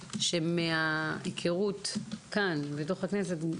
שמההיכרות כאן בתוך הכנסת,